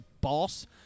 boss